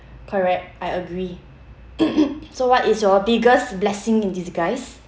correct I agree so what is your biggest blessing in disguise